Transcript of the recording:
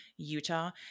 Utah